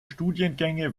studiengänge